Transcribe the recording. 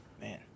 Man